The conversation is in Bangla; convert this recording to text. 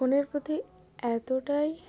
ফোনের প্রতি এতটাই